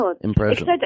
impression